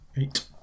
Eight